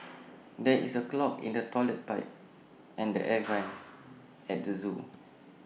there is A clog in the Toilet Pipe and the air vents at the Zoo